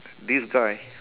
this guy